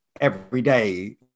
everyday